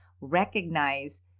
recognize